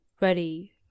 ready